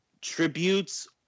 tributes